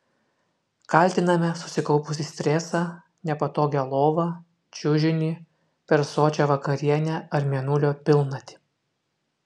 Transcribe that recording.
kaltiname susikaupusį stresą nepatogią lovą čiužinį per sočią vakarienę ar mėnulio pilnatį